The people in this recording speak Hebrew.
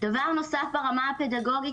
דבר נוסף ברמה הפדגוגית,